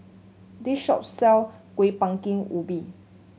this shop sell Kueh Bingka Ubi